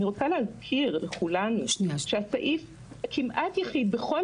אני רוצה להזכיר לכולנו שהסעיף הכמעט יחיד בכל